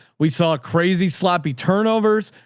we saw crazy sloppy turnovers.